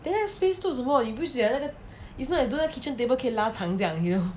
then 那个 space 做什么你不是觉得 it is not you do 那个 kitchen table 可以拉长怎样用